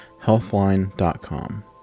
healthline.com